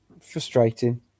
Frustrating